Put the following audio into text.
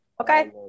Okay